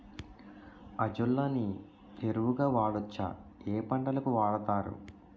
Azolla ని ఎరువు గా వాడొచ్చా? ఏ పంటలకు వాడతారు?